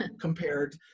compared